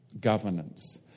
governance